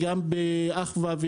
אחווה,